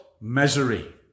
misery